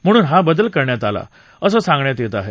म्हणून हा बदल करण्यात आला असं सांगण्यात येत आहे